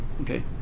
okay